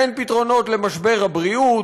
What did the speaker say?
אין פתרונות למשבר הבריאות,